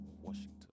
Washington